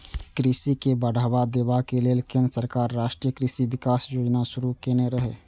कृषि के बढ़ावा देबा लेल केंद्र सरकार राष्ट्रीय कृषि विकास योजना शुरू केने रहै